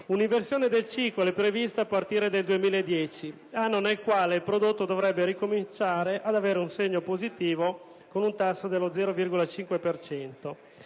Un'inversione del ciclo è prevista a partire dal 2010, anno nel quale il prodotto dovrebbe ricominciare ad avere un segno positivo con un tasso dello 0,5